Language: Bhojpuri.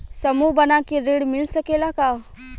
समूह बना के ऋण मिल सकेला का?